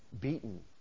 beaten